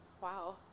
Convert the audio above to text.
Wow